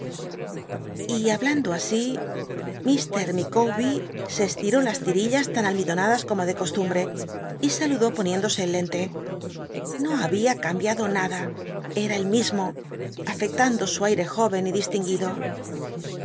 y hablando así ir uicawber se estiró las titillas tan almidonadas c omo de costumbt'c y aludó poniéndose el lente no había cambiado nada eta el mismo afectando su aire jóyen y distinguido